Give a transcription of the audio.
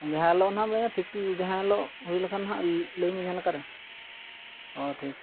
ᱡᱟᱦᱟᱸ ᱦᱤᱞᱳᱜ ᱱᱟᱦᱟᱜ ᱵᱮᱱᱟ ᱴᱷᱤᱠ ᱡᱟᱦᱟᱸ ᱦᱤᱞᱳᱜ ᱦᱩᱭ ᱞᱮᱠᱷᱟᱱ ᱦᱟᱸᱜ ᱞᱟᱹᱭ ᱢᱮ ᱡᱟᱦᱟᱸ ᱞᱮᱠᱟ ᱨᱮ ᱦᱳᱭ ᱴᱷᱤᱠ